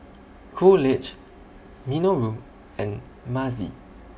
Coolidge Minoru and Mazie